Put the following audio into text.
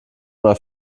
mal